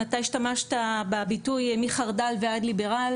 אתה השתמשת בביטוי 'מחרד"ל ועד ליברל'